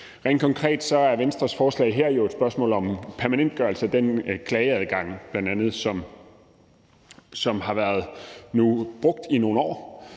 Rent konkret er Venstres forslag her jo et spørgsmål om en permanentgørelse af den klageadgang, bl.a., som har været brugt i nogle år